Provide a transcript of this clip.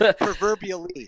proverbially